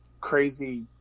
crazy